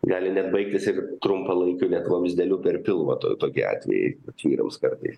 gali net baigtis ir trumpalaikiu bet vamzdeliu per pilvą to tokie atvejai vat vyrams kartais